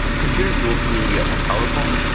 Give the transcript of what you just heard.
computers will continue to get more powerful,